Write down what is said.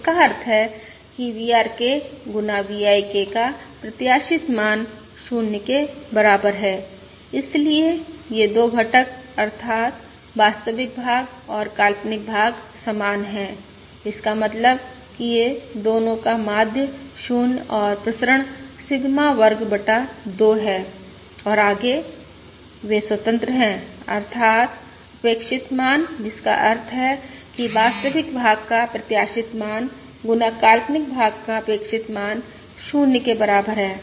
जिसका अर्थ है कि VRK गुना VIK का प्रत्याशित मान 0 के बराबर है इसलिए ये 2 घटक अर्थात् वास्तविक भाग और काल्पनिक भाग समान हैं इसका मतलब है कि दोनों का माध्य 0 और प्रसरण सिग्मा वर्ग बटा 2 है और आगे वे स्वतंत्र हैं अर्थात अपेक्षित मान जिसका अर्थ है कि वास्तविक भाग का प्रत्याशित मान गुना काल्पनिक भाग का अपेक्षित मान 0 के बराबर है